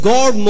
God